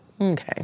Okay